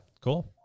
Cool